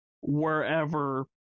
wherever